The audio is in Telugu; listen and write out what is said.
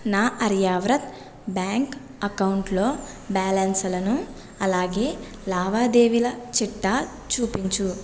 నా అర్యవ్రత్ బ్యాంక్ అకౌంటులో బ్యాలన్సులను అలాగే లావాదేవీల చిట్టా చూపించు